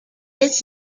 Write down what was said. its